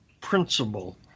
principle